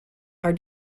are